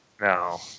No